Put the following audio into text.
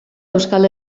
euskal